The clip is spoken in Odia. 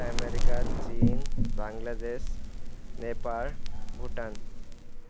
ଆମେରିକା ଚୀନ ବାଂଲାଦେଶ ନେପାଳ ଭୁଟାନ